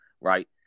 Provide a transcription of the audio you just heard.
right